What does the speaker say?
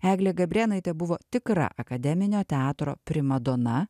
eglė gabrėnaitė buvo tikra akademinio teatro primadona